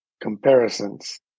comparisons